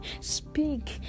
speak